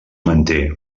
manté